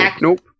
nope